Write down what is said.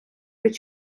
під